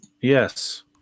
Yes